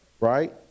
right